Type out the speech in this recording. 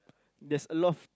there's a lot